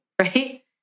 right